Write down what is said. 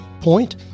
point